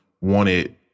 wanted